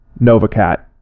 Novacat